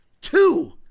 Two